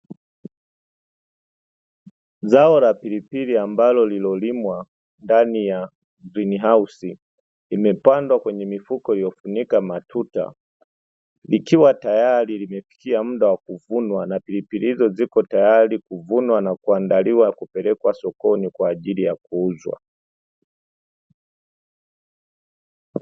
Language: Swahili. Zao la pilipili ambalo lililolimwa ndani ya "Green house" limepandwa kwenye mifuko iliyofunika matuta, likiwa tayari limefikia muda wa kuvunwa na pilipili hizo ziko tayari kuvunwa na kuandaliwa kupelekwa sokoni kwa ajili ya kuuzwa.